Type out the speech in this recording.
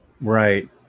Right